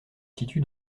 situe